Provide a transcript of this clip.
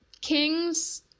king's